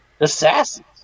Assassins